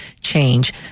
change